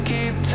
Keep